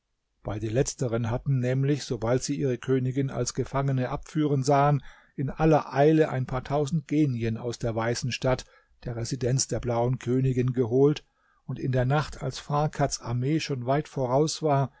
beide letzteren hatten nämlich sobald sie ihre königin als gefangene abführen sahen in aller eile ein paar tausend genien aus der weißen stadt der residenz der blauen königin geholt und in der nacht als farkads armee schon weit voraus war